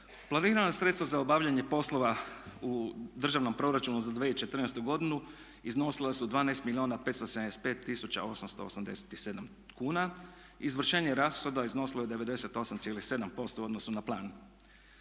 Planirana sredstva za obavljanje poslova u Državnom proračunu za 2014. godinu iznosila su 12 milijuna 575 tisuća 887 kuna. Izvršenje rashoda iznosilo je 98,7% u odnosu na plan.